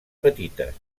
petites